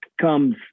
comes